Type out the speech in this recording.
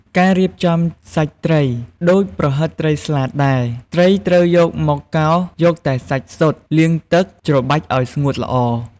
ការរៀបចំសាច់ត្រី ដូចប្រហិតត្រីស្លាតដែរ ត្រីត្រូវយកមកកោសយកតែសាច់សុទ្ធ លាងទឹកច្របាច់ឱ្យស្ងួតល្អ។